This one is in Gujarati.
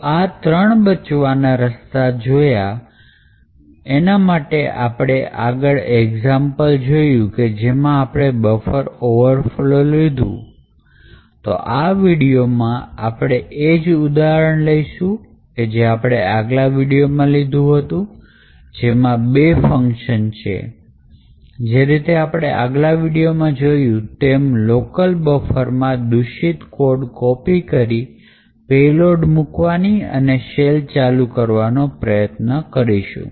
તો આ ત્રણ બચાવના રસ્તા જોવા માટે આપણે આગળ એક્ઝામ્પલ જોયું કે જેમાં આપણે બફર ઓવરફલો લીધું તો આ વીડિયોમાં આપણે એ જ ઉદાહરણ લઈશું કે જે આપણે આગલા વીડિયોમાં લીધો હતો કે જેમાં બે ફંકશન છે અને જે રીતે આપણે આગલા વીડિયોમાં જોયું તેમ લોકલ બફરમાં દુષિત કોડ કોપી કરી પેલોડ મૂકવાની અને શેલ ચાલુ કરવાનો પ્રયત્ન કરશુ